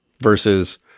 versus